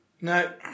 No